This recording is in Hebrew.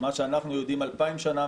מה שאנחנו יודעים 2,000 שנה,